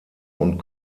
und